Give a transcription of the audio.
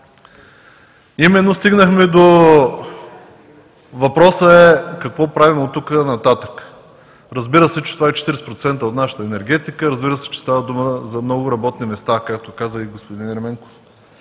Директива. Въпросът е: какво правим оттук нататък? Разбира се, че това е 40% от нашата енергетика, разбира се, че става дума за много работни места, както каза и господин Ерменков.